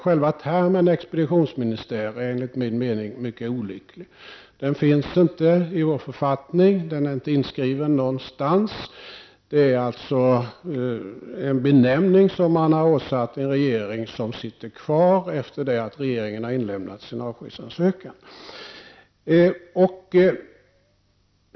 Själva termen expeditionsministär är enligt min mening mycket olycklig. Den finns inte i vår författning. Den är inte inskriven någonstans. Det är således en benämning som man har åsatt en regering som sitter kvar efter det att regeringen har inlämnat sin avskedsansökan.